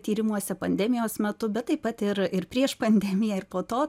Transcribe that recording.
tyrimuose pandemijos metu bet taip pat ir ir prieš pandemiją ir po to